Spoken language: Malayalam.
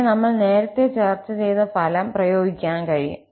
പിന്നെ നമ്മൾ നേരത്തെ ചർച്ച ചെയ്ത ഫലം പ്രയോഗിക്കാൻ കഴിയും